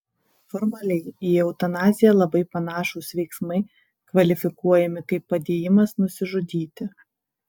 formaliai į eutanaziją labai panašūs veiksmai kvalifikuojami kaip padėjimas nusižudyti